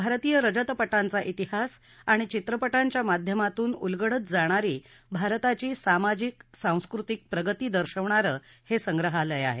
भारतीय रजतपटांचा इतिहास आणि चित्रपटांच्या माध्यमातून उलगडत जाणारी भारताची सामाजिक सांस्कृतिक प्रगती दर्शवणारं हे संग्रहालय आहे